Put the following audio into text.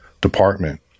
department